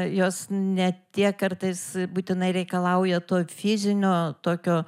jos ne tiek kartais būtinai reikalauja to fizinio tokio